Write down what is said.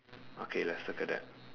okay let's circle that